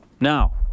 Now